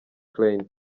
klein